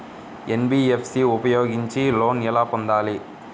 NBFC ఉపయోగించి loan ఎలా పొందాలి?